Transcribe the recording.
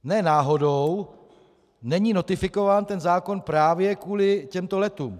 Ne náhodou není notifikován ten zákon právě kvůli těmto letům.